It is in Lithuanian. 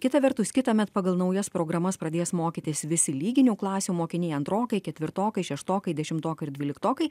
kita vertus kitąmet pagal naujas programas pradės mokytis visi lyginių klasių mokiniai antrokai ketvirtokai šeštokai dešimtokai ir dvyliktokai